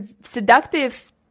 seductive